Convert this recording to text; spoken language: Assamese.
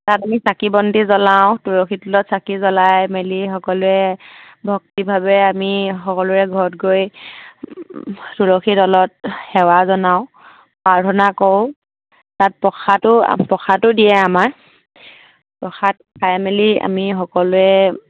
তাত আমি চাকি বন্তি জ্বলাওঁ তুলসী তলত চাকি জ্বলাই মেলি সকলোৱে ভক্তিভাৱে আমি সকলোৰে ঘৰত গৈ তুলসী তলত সেৱা জনাওঁ প্ৰাৰ্থনা কৰোঁ তাত প্ৰসাদ প্ৰসাদো দিয়ে আমাৰ প্ৰসাদ খাই মেলি আমি সকলোৱে